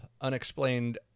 unexplained